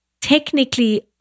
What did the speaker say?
technically